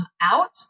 out